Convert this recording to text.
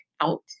out